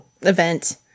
event